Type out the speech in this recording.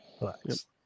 Relax